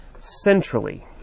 Centrally